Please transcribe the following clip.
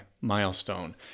milestone